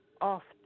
often